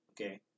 okay